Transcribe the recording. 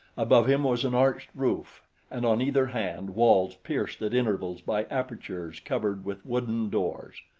above him was an arched roof and on either hand walls pierced at intervals by apertures covered with wooden doors.